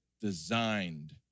designed